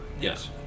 Yes